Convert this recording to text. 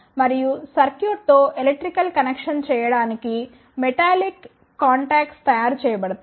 మరియు సర్క్యూట్తో electrical connection చేయడానికి మెటాలిక్ కాన్టాక్ట్స్ తయారు చేయబడతాయి